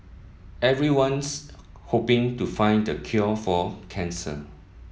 everyone's hoping to find the cure for cancer